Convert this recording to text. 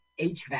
HVAC